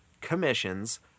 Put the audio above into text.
commissions